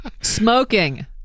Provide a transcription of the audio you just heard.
Smoking